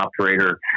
operator